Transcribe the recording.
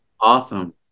Awesome